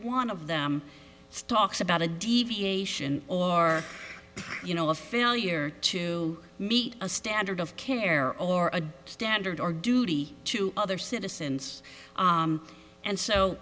one of them stalks about a deviation or you know a failure to meet a standard of care or a standard or duty to other citizens and so